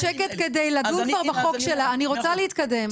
בשקט כדי לדון כבר בחוק שלה, אני רוצה להתקדם.